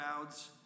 crowds